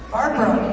Barbara